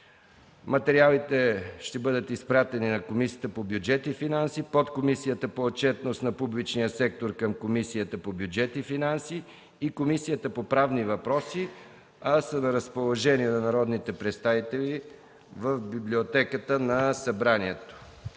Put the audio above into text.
Материалите ще бъдат изпратени на Комисията по бюджет и финанси, Подкомисията по отчетност на публичния сектор към Комисията по бюджет и финанси и Комисията по правни въпроси и са на разположение на народните представители в Библиотеката на Народното